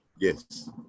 Yes